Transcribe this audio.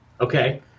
Okay